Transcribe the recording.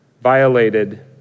violated